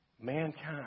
mankind